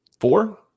four